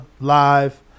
live